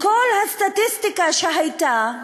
מכל הסטטיסטיקה שהייתה,